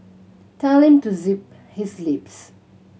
tell him to zip his lips